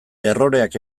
erroreak